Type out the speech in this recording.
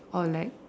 or like